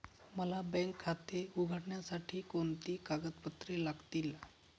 मला बँक खाते उघडण्यासाठी कोणती कागदपत्रे लागतील?